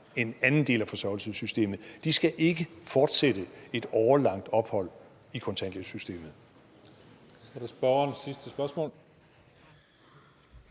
en anden del af forsørgelsessystemet. De skal ikke fortsætte et årelangt ophold i kontanthjælpssystemet.